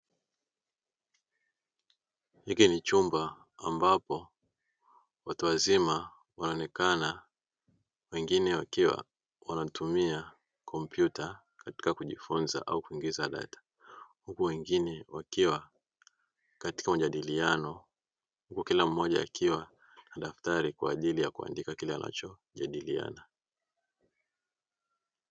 Hiki ni chumba ambapo watu wazima wanaonekana wengine wakiwa wanatumia kompyuta katika kujifunza au kuingiza data, huku wengine wakiwa katika majadiliano huku kila moja akiwa na daftari kwa ajili ya kuandika kile anacho jadiliana.